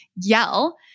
yell